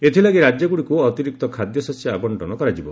ଏଥିଲାଗି ରାଜ୍ୟଗୁଡ଼ିକୁ ଅତିରିକ୍ତ ଖାଦ୍ୟଶସ୍ୟ ଆବଶ୍ଚନ କରାଯିବ